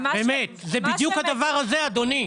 זה בדיוק הדבר הזה, אדוני.